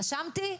נשמתי?